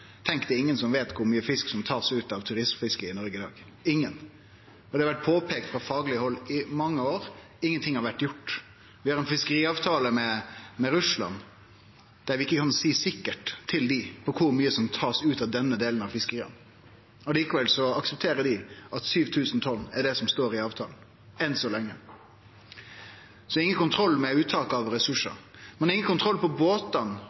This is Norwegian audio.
Tenk at det er ingen som veit kor mykje fisk som blir tatt ut av turstfisket i Noreg i dag – ingen! Det har vore påpeikt frå fagleg hold i mange år, men ingenting har blitt gjort. Vi har ein fiskeriavtale med Russland der vi kan ikkje seie sikkert til dei kor mykje som blir tatt ut av denne delen av fiskeria. Likevel aksepterer dei at 7 000 tonn er det som står i avtalen – enn så lenge. Det er altså ingen kontroll med uttaket av ressursar. Ein har ingen kontroll med båtane